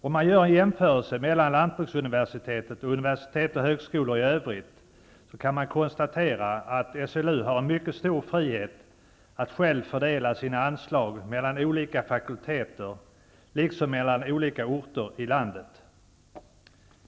Om man gör en jämförelse mellan lantbruksuniversitetet och universitet och högskolor i övrigt kan man konstatera att SLU har en mycket stor frihet att själv fördela sina anslag mellan olika fakulteter liksom mellan olika orter i landet.